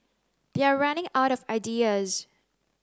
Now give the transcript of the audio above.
they're running out of ideas